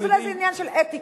אז אולי זה עניין של אתיקה.